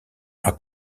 are